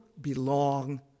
belong